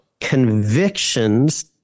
convictions